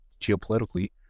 geopolitically